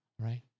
Right